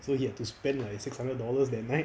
so he have to spent six hundred dollars that night